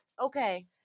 Okay